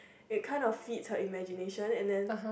it kind of feeds her imagination and then